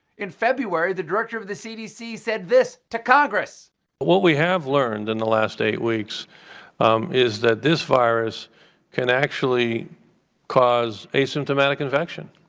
in february, the director of the c d c. said this to congress what we have learned in the last eight weeks is that this virus can actually cause asymptomatic infection.